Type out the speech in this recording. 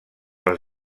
les